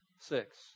Six